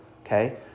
okay